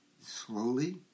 Slowly